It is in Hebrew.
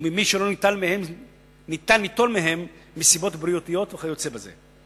וממי שלא ניתן ליטול מהם מסיבות בריאותיות וכיוצא בזה.